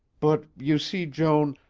but, you see, joan,